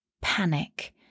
panic